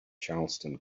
charleston